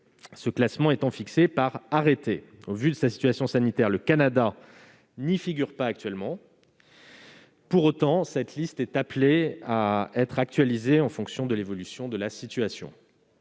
Ce classement est fixé par arrêté, et, au vu de sa situation sanitaire, le Canada n'y figure pas à ce jour. Pour autant, cette liste est appelée à être actualisée en fonction de l'évolution de la situation.